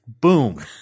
Boom